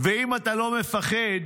ואם אתה לא מפחד,